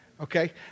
Okay